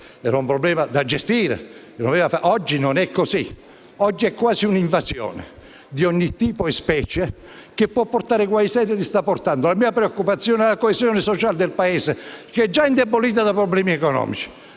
era un problema, se non da gestire. Oggi non è così, è quasi un'invasione di ogni tipo e specie, che può portare guai seri, e li sta portando. La mia preoccupazione è la coesione sociale del Paese, che è già indebolito da problemi economici.